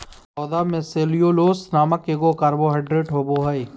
पौधा में सेल्यूलोस नामक एगो कार्बोहाइड्रेट होबो हइ